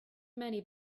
many